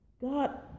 God